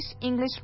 English